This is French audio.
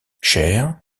chair